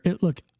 Look